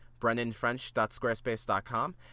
brennanfrench.squarespace.com